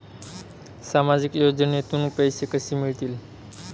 सामाजिक योजनेतून पैसे कसे मिळतील?